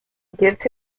gives